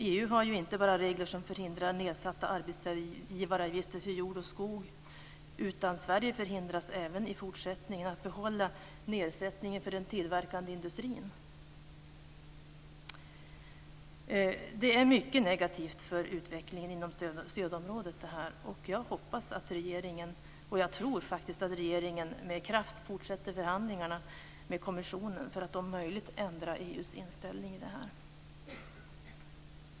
EU har ju inte bara regler som förhindrar nedsatta arbetsgivaravgifter för jord och skog, utan Sverige förhindras även i fortsättningen att behålla nedsättningen för den tillverkande industrin. Det är mycket negativt för utvecklingen inom stödområdet. Jag hoppas, och tror, att regeringen med kraft fortsätter förhandlingarna med kommissionen för att om möjligt ändra EU:s inställning i den här frågan.